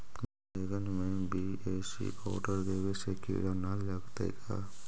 बैगन में BAC powder देबे से किड़ा न लगतै का?